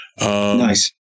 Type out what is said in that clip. Nice